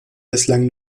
bislang